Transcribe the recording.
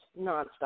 nonstop